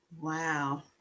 Wow